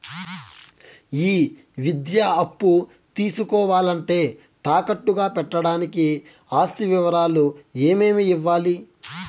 ఈ విద్యా అప్పు తీసుకోవాలంటే తాకట్టు గా పెట్టడానికి ఆస్తి వివరాలు ఏమేమి ఇవ్వాలి?